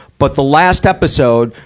but the last episode,